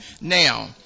Now